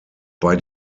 bei